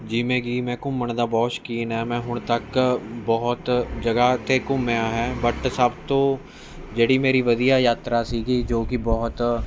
ਜਿਵੇਂ ਕਿ ਮੈਂ ਘੁੰਮਣ ਦਾ ਬਹੁਤ ਸ਼ੌਕੀਨ ਹਾਂ ਮੈਂ ਹੁਣ ਤੱਕ ਬਹੁਤ ਜਗ੍ਹਾ 'ਤੇ ਘੁੰਮਿਆ ਹੈ ਬਟ ਸਭ ਤੋਂ ਜਿਹੜੀ ਮੇਰੀ ਵਧੀਆ ਯਾਤਰਾ ਸੀ ਜੋ ਕਿ ਬਹੁਤ